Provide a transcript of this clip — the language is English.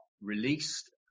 released